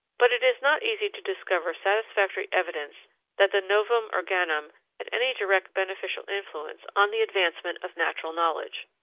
but it is not easy to discover satisfactory evidence that the novum organum had any direct beneficial influence on the advancement of natural knowledge.